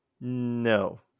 No